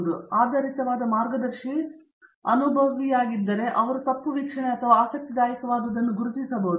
ಆದ್ದರಿಂದ ಆಧರಿತವಾದ ಮಾರ್ಗದರ್ಶಿ ಅಂತಹ ಅನುಭವಿಯಾಗಿದ್ದು ಇವರು ತಪ್ಪು ವೀಕ್ಷಣೆ ಅಥವಾ ಆಸಕ್ತಿದಾಯಕವಾದುದನ್ನು ಗುರುತಿಸಬಹುದು